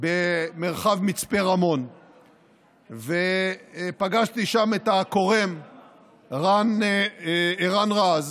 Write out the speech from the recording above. במרחב מצפה רמון ופגשתי שם את הכורם ערן רז.